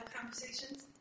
conversations